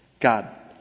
God